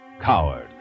coward